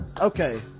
okay